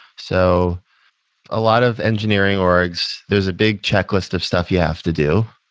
so a lot of engineering orgs, there's a big checklist of stuff you have to do.